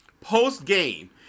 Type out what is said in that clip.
post-game